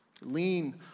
Lean